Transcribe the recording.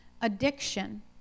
addiction